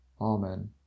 Amen